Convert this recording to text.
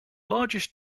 largest